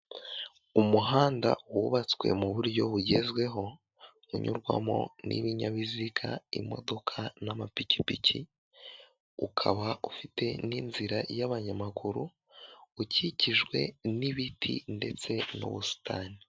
Umuhanda wubatswe mu buryo bugezweho bunyurwamo n'ibinyabiziga, imodoka n'amapikipiki, ukaba ufite n'inzira y'abanyamaguru ukikijwe n'ibiti ndetse n'ubusitani.